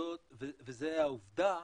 וזה העובדה